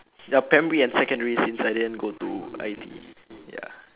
ya primary and secondary since I didn't go to I_T_E ya